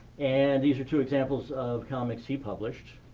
and these are two examples of comics he published.